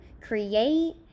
create